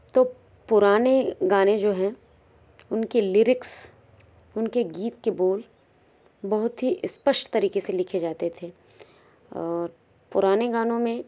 तो पुराने गाने जो हैं उनके लिरिक्स उनके गीत के बोल बहुत ही स्पष्ट तरीके से लिखे जाते थे और पुराने गानों में